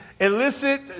illicit